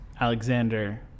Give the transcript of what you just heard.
Alexander